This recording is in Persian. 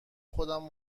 خودمو